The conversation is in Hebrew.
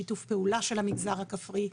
בשיתוף פעולה של המגזר הכפרי,